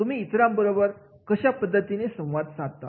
तुम्ही इतरांबरोबर कशा पद्धतीने संवाद साधता